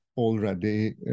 already